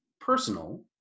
personal